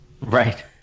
Right